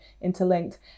interlinked